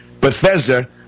Bethesda